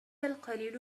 القليل